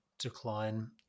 decline